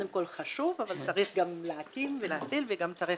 קודם כל זה חשוב אבל צריך גם להקים ולהפעיל וצריך